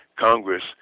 Congress